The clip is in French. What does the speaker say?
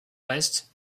ouest